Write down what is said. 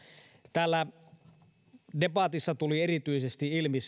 täällä debatissa tuli erityisesti ilmi